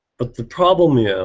but the problem yeah